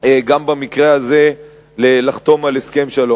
גם במקרה הזה לחתום על הסכם שלום.